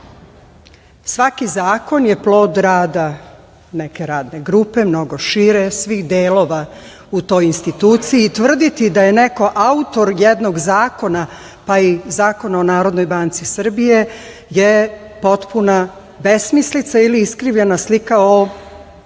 Svaki zakon je plod rada neke radne grupe, mnogo šire, svih delova u toj instituciji i tvrditi da je neko autor jednog zakona, pa i Zakona o Narodnoj banci Srbije je potpuna besmislica ili skrivena slika o sopstvenoj